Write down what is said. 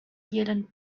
yelling